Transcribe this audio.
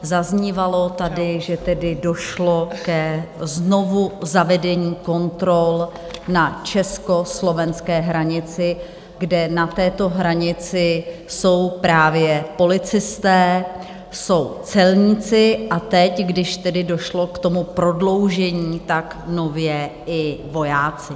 Zaznívalo tady, že tedy došlo ke znovuzavedení kontrol na československé hranici, kde na této hranici jsou právě policisté, jsou celníci, a teď, když tedy došlo k tomu prodloužení, nově i vojáci.